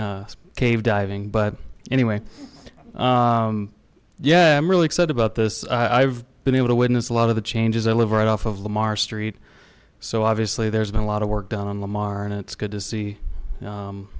know cave diving but anyway yeah i'm really excited about this i've been able to witness a lot of the changes i live right off of lamar street so obviously there's been a lot of work done on lamar and it's good to see